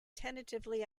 tentatively